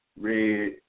red